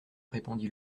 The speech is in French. répondit